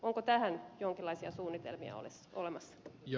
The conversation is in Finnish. onko tähän jonkinlaisia suunnitelmia olemassa